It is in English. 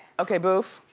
okay, boof.